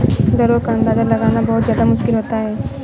दरों का अंदाजा लगाना बहुत ज्यादा मुश्किल होता है